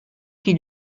qui